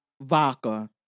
vodka